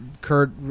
Kurt